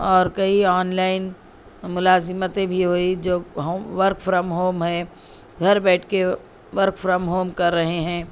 اور کئی online ملازمتیں بھی ہوئی جو ہوم ورک فرام ہوم ہے گھر بیٹھ کے ورک فرام ہوم کر رہے ہیں